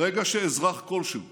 ברגע שאזרח כלשהו